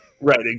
Right